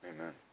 Amen